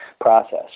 process